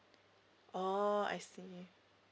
oh I see